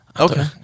Okay